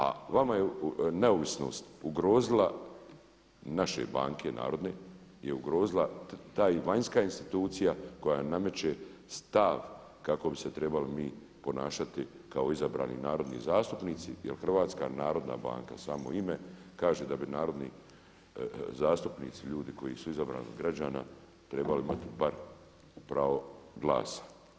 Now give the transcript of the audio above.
A vama je neovisnost ugrozila i naše banke narodne je ugrozila ta vanjska institucija koja nameće stav kako bi se trebali mi ponašati kao izabrani narodni zastupnici jer HNB samo ime kaže da bi narodni zastupnici ljudi koji su izabrani od građana trebali imati bar pravo glasa.